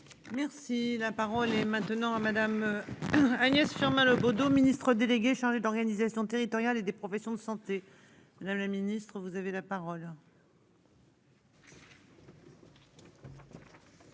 Merci la parole est maintenant à Madame. Agnès Firmin Le Bodo, ministre. Délégué chargé d'organisation territoriale et des professions de santé Madame la Ministre, vous avez la parole.